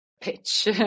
pitch